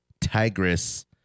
tigris